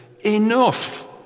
enough